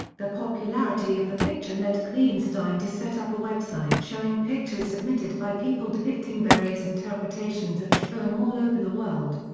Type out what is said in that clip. the popularity of the picture led kleinstein to set up a website showing pictures submitted by people depicting various interpretations of tebowing all over the world.